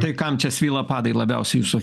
tai kam čia svyla padai labiausiai jūsų